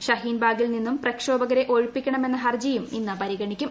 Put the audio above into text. ഷഹീൻ ബാഗിൽ നിന്നും പ്രക്ഷോഭകരെ ഒഴിപ്പിക്കണമെന്ന ഹർജിയും ഇന്ന് പരിഗണിക്കും